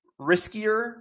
riskier